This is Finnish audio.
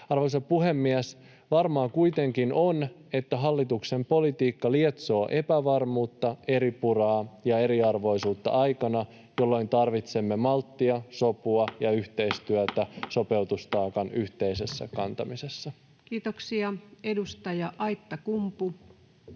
Arvoisa puhemies! Varmaa kuitenkin on, että hallituksen politiikka lietsoo epävarmuutta, eripuraa ja eriarvoisuutta aikana, jolloin tarvitsemme malttia, sopua ja yhteistyötä sopeutustaakan yhteisessä kantamisessa. Kiitoksia. — Edustaja Aittakumpu,